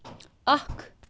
اکھ